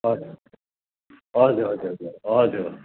हजुर हजुर हजुर हजुर हजुर